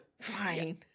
fine